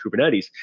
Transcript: Kubernetes